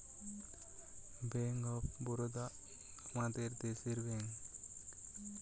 bank of Baroda আমাদের দেশের bank